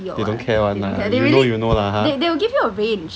they don't care one lah you know you know lah